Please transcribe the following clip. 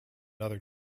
other